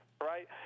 right